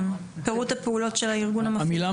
המילה